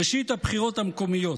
ראשית, הבחירות המקומיות.